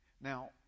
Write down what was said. now